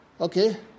okay